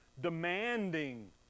demanding